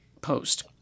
post